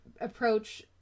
approach